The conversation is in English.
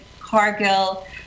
Cargill